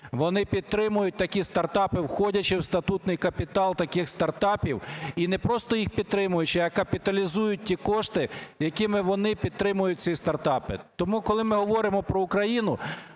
вони підтримують такі стартапи, входячи в статутний капітал таких стартапів, і не просто їх підтримуючи, а капіталізують ті кошти, якими вони підтримують ці стартапи. Тому коли ми говоримо про Україну,